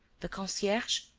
the concierge?